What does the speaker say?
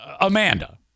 Amanda